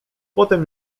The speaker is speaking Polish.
potem